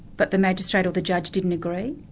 but the magistrate or the judge didn't agree.